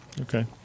Okay